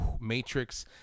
matrix